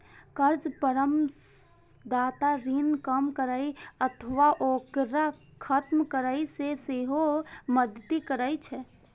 कर्ज परामर्शदाता ऋण कम करै अथवा ओकरा खत्म करै मे सेहो मदति करै छै